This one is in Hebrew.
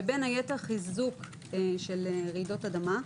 ובין היתר חיזוק של רעידות אדמה.